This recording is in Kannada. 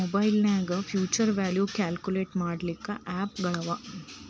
ಮಒಬೈಲ್ನ್ಯಾಗ್ ಫ್ಯುಛರ್ ವ್ಯಾಲ್ಯು ಕ್ಯಾಲ್ಕುಲೇಟ್ ಮಾಡ್ಲಿಕ್ಕೆ ಆಪ್ ಗಳವ